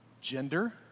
gender